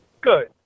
Good